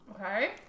okay